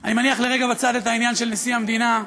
אני מניח לרגע בצד את העניין של נשיא המדינה,